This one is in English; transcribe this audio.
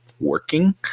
working